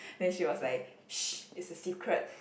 then she was like it's a secret